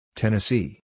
Tennessee